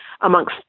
amongst